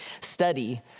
study